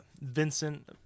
Vincent